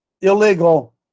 illegal